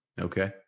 Okay